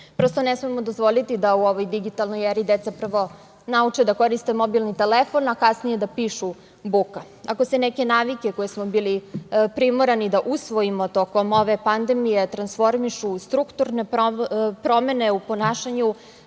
Prosto ne smemo dozvoliti da u ovoj digitalnoj eri deca prvo nauče da koriste mobilni telefon, a kasnije da pišu buka. Ako se neke navike koje smo bili primorani da usvojimo tokom ove pandemije, transformišu u strukturne promene u ponašanju,